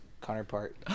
counterpart